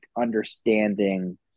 understanding